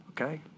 Okay